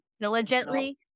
diligently